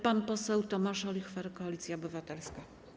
Pan poseł Tomasz Olichwer, Koalicja Obywatelska.